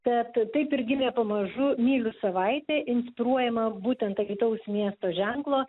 bet taip ir gimė pamažu myliu savaitė inspiruojama būtent alytaus miesto ženklo